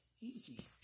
easy